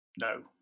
No